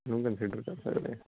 ਨੂੰ ਕੰਸੀਡਰ ਕਰ ਸਕਦੇ ਹਾਂ